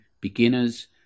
beginners